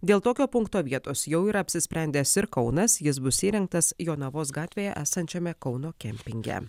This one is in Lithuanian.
dėl tokio punkto vietos jau yra apsisprendęs ir kaunas jis bus įrengtas jonavos gatvėje esančiame kauno kempinge